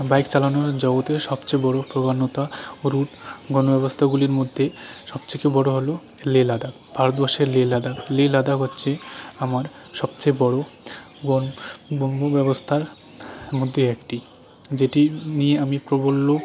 bike চালানোর জগতের সবচেয়ে বড় প্রবণতা রুট গণব্যবস্থাগুলির মধ্যে সবথেকে বড় হল লে লাদাখ ভারতবর্ষের লে লাদাখ লে লাদাখ হচ্ছে আমার সবচেয়ে বড় পরি বহন ব্যবস্থার মধ্যে একটি যেটি নিয়ে আমি প্রবল